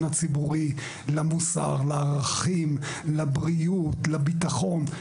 הציבורי; למוסר; לערכים; לבריאות; לביטחון.